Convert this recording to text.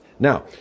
Now